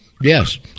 Yes